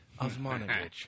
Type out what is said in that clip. Osmanovic